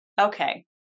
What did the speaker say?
okay